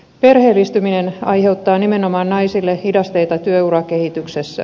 perheellistyminen aiheuttaa nimenomaan naisille hidasteita työurakehityksessä